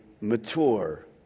mature